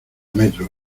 metros